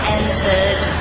entered